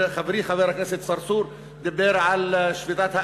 חברי חבר הכנסת צרצור דיבר על שביתת האסירים.